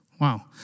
Wow